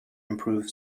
improved